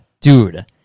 dude